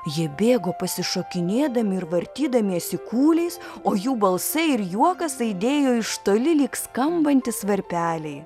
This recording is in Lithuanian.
jie bėgo pasišokinėdami ir vartydamiesi kūliais o jų balsai ir juokas aidėjo iš toli lyg skambantys varpeliai